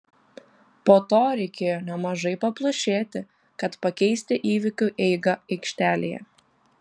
po to reikėjo nemažai paplušėti kad pakeisti įvykių eigą aikštelėje